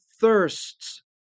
thirsts